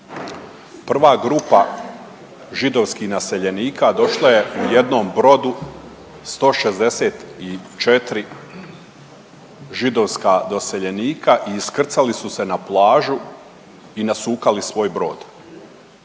Prva grupa židovskih naseljenika došla je u jednom brodu 164 židovska doseljenika i iskrcali su se na plažu i nasukali svoj brod.